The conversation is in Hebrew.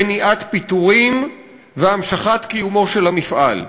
מניעת פיטורים והמשכת קיומו של המפעל.